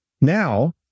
Now